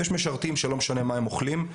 ויש משרתים שלא משנה מה הם אוכלים,